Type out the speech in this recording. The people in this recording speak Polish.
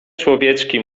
człowieczki